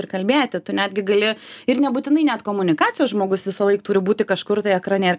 ir kalbėti tu netgi gali ir nebūtinai net komunikacijos žmogus visąlaik turi būti kažkur tai ekrane ir